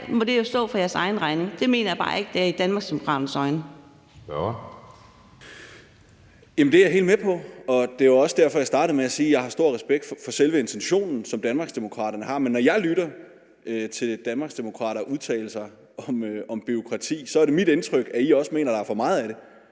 derfor, jeg startede med at sige, at jeg har stor respekt for selve intentionen, som Danmarksdemokraterne har. Men når jeg lytter til Danmarksdemokraterne udtale sig om bureaukrati, er det mit indtryk, at I også mener, der er for meget af det.